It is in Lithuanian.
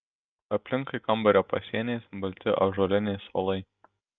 aplinkui kambario pasieniais balti ąžuoliniai suolai